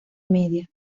media